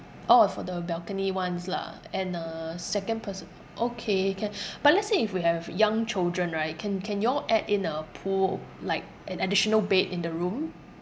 orh for the balcony ones lah and uh second person okay can but let's say if we have young children right can can you all add in a poo~ like an additional bed in the room